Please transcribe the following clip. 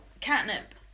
catnip